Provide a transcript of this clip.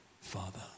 Father